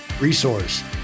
resource